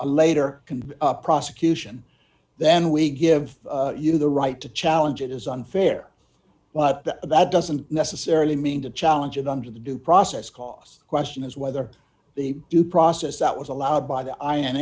a later can prosecution then we give you the right to challenge it is unfair but that doesn't necessarily mean to challenge it under the due process cost question is whether the due process that was allowed by the